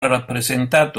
rappresentato